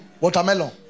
watermelon